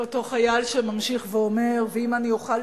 ואותו חייל שממשיך ואומר: ואם אני אוכל